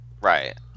right